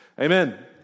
amen